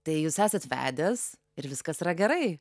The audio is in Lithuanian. tai jūs esat vedęs ir viskas yra gerai